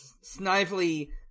Snively